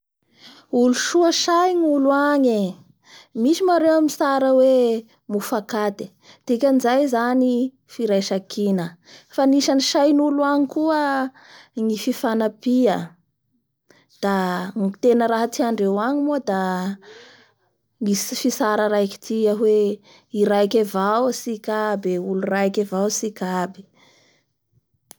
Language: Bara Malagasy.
Alohan'ny hanambady ny olo agny la miaraky manao voyage amin'ny fianakavia amin'ny nama akaiky ngantony, alohan'ny hanambadia zany hidiran'ny fiegna antokatrano zay da mialaala voly heky aloha satria angament mandrapahafaty moa zay ny mariage ka tsy azo atao ny hialahiala tao da atao heky zany izay maha falifafy alohan'ny hidira ao.